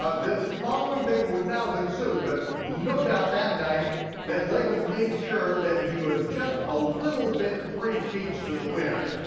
ah this following thing would not have ensued but no doubt that night that laban made sure that he was just a little bit three sheets to the wind,